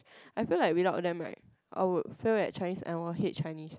I feel like without them right I would fail at Chinese and I will hate Chinese